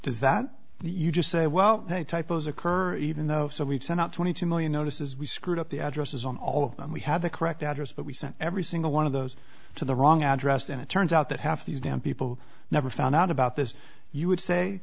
that you just say well typos occur even though so we've sent out twenty two million notices we screwed up the addresses on all of them we had the correct address but we sent every single one of those to the wrong address and it turns out that half these damn people never found out about this you would say